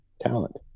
talent